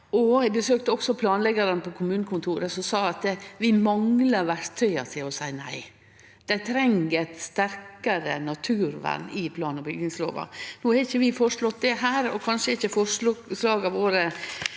Eg besøkte også planleggjarane på kommunekontoret som sa at dei mangla verktøya til å seie nei. Dei treng eit sterkare naturvern i plan- og bygningslova. No har ikkje vi føreslått det her, og kanskje er ikkje forslaga våre